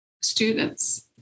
students